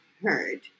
heard